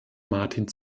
martin